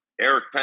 Eric